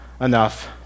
enough